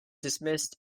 dismissed